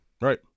Right